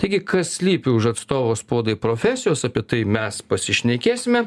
taigi kas slypi už atstovo spaudai profesijos apie tai mes pasišnekėsime